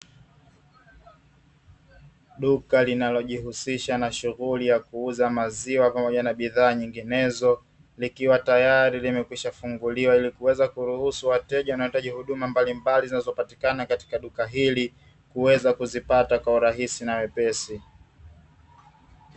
Duka linalojihusisha na shughuli ya kuuza maziwa pamoja na bidhaa nyinginezo, likiwa tayari limekwisha funguliwa ili kuweza kuruhusu wateja wanaohitaji huduma mbalimbali zinazopatikana katika duka hili, kuweza kuzipata kwa urahisi na wepesi.